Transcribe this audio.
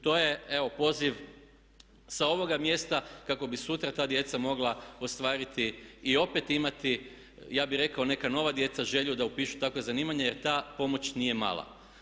To je evo poziv sa ovoga mjesta kako bi sutra ta djeca mogla ostvariti i opet imati ja bih rekao neka nova djeca želju da upišu takva zanimanja jer ta pomoć nije mala.